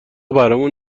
برامون